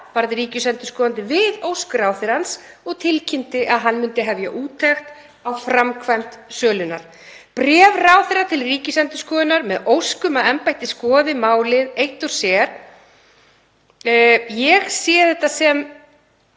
varð ríkisendurskoðandi við ósk ráðherrans og tilkynnti að hann myndi hefja úttekt á framkvæmd sölunnar. Bréf ráðherra til Ríkisendurskoðunar með ósk um að embættið skoði málið eitt og sér — ég sé þetta sem